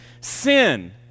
sin